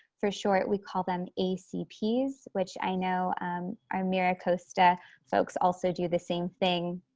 for short, we call them acps, which i know our miracosta folks also do the same thing.